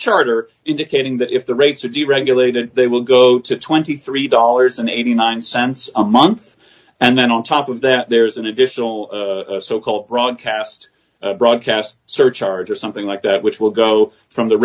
are indicating that if the rates are deregulated they will go to twenty three dollars eighty nine cents a month and then on top of that there's an additional so called broadcast broadcast surcharge or something like that which will go from the